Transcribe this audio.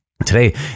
Today